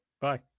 Bye